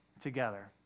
together